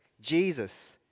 Jesus